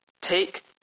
take